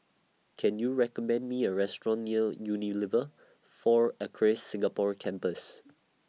Can YOU recommend Me A Restaurant near Unilever four Acres Singapore Campus